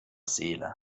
seele